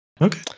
Okay